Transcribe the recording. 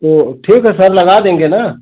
तो ठीक है सर लगा देंगे ना